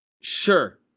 Sure